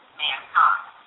mankind